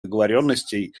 договоренностей